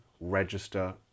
register